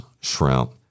shrimp